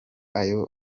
ayo